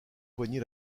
poignée